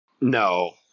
No